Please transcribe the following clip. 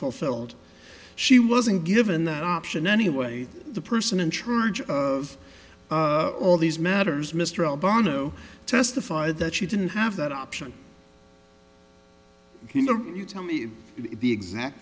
fulfilled she wasn't given that option anyway the person in charge of all these matters mr el bano testified that she didn't have that option you know you tell me the exact